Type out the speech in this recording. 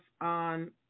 on